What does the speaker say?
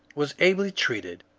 was ably treated,